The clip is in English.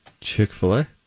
Chick-fil-A